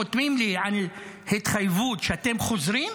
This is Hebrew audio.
חותמים לי על התחייבות שאתם חוזרים?